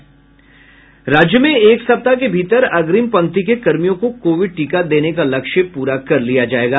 वहीं राज्य में एक सप्ताह के भीतर अग्रिम पंक्ति के कर्मियों को कोविड टीका देने का लक्ष्य पूरा कर लिया जायेगा